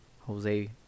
Jose